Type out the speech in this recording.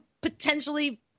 potentially